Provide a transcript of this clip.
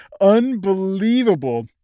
unbelievable